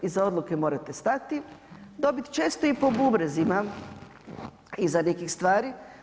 Iza odluke morate stati, dobit često i po bubrezima iza nekih stvari.